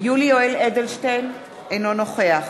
יולי יואל אדלשטיין, אינו נוכח